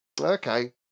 Okay